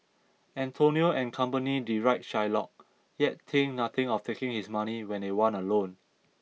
Antonio and company deride Shylock yet think nothing of taking his money when they want a loan